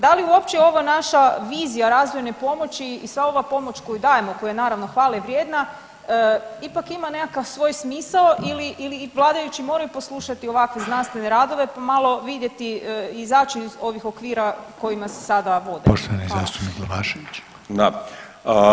Da li uopće ova naša vizija razvojne pomoći i sva ova pomoć koju dajemo koja je naravno hvale vrijedna ipak ima nekakav svoj smisao ili vladajući moraju poslušati ovakve znanstvene radove pa malo vidjeti i izaći iz ovih okvira kojima se sada vode.